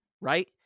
right